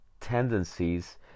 tendencies